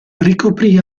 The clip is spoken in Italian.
ricoprì